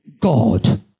God